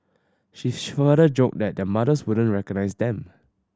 she further joked that their mothers wouldn't recognise them